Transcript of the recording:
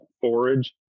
forage